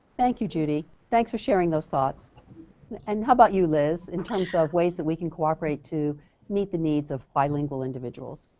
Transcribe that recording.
thank you judy thanks for sharing those thoughts and how bout you listen and to shout ways that we can cooperate to meet the needs of bilingual individuals